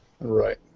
Right